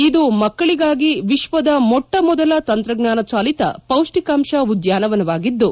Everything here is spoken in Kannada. ಇದು ಮಕ್ಕಳಗಾಗಿ ವಿಶ್ವದ ಮೊಟ್ಟಮೊದಲ ತಂತ್ರಜ್ಞಾನ ಚಾಲಿತ ಪೌಷ್ಟಿಕಾಂಶ ಉದ್ಧಾನವನವಾಗಿದ್ದು